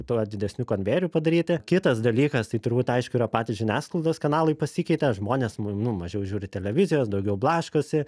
tuo didesniu konvejeriu padaryti kitas dalykas tai turbūt aišku yra patys žiniasklaidos kanalai pasikeitė žmonės nu mažiau žiūri televizijos daugiau blaškosi